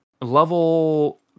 level